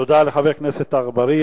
תודה לחבר הכנסת אגבאריה.